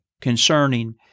concerning